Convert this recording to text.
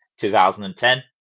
2010